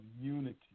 unity